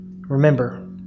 Remember